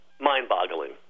mind-boggling